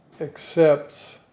accepts